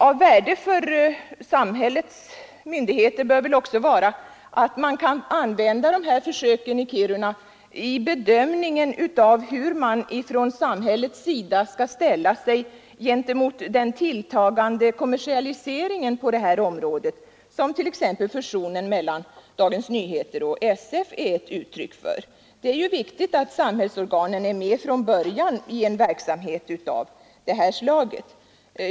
Av värde för samhällets myndigheter bör väl också vara att man kan använda resultatet av det här försöket i Kiruna i bedömningen hur man från samhällets sida skall ställa sig gentemot den tilltagande kommersialiseringen på detta område, som t.ex. fusionen mellan Dagens Nyheter och SF är uttryck för. Det är ju viktigt att samhällsorganen är med från början i en verksamhet av detta slag.